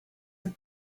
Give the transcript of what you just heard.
had